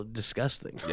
disgusting